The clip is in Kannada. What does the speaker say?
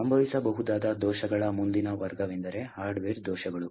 ಸಂಭವಿಸಬಹುದಾದ ದೋಷಗಳ ಮುಂದಿನ ವರ್ಗವೆಂದರೆ ಹಾರ್ಡ್ವೇರ್ ದೋಷಗಳು